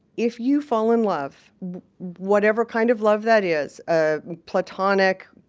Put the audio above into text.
if you fall in love whatever kind of love that is ah platonic,